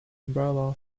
umbrella